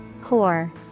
Core